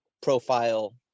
profile